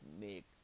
make